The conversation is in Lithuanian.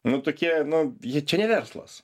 nu tokie nu jie čia ne verslas